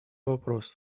вопрос